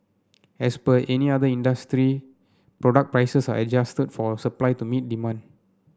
as per any other industry product prices are adjusted for supply to meet demand